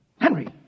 Henry